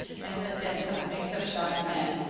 and with them come the mixedup shouts of men.